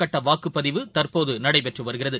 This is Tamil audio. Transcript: கட்டவாக்குப்பதிவு தற்போதுநடைபெற்றுவருகிறது